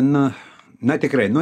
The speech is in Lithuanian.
na na tikrai nu